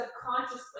subconsciously